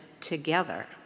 together